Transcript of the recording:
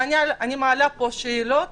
ואני מעלה פה שאלות